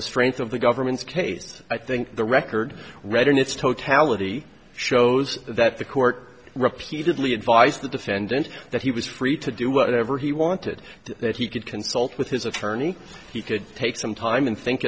the strength of the government's case i think the record read in its totality shows that the court repeatedly advised the defendant that he was free to do whatever he wanted to that he could consult with his attorney he could take some time